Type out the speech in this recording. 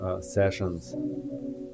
sessions